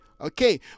Okay